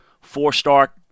four-star